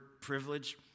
privilege